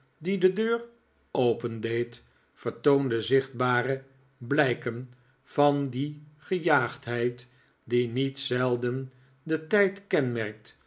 die de deur opendeed vertoonde zichtbare blijken van die gejaagdheid die niet zelden den tijd kenmerkt